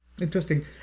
Interesting